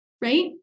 right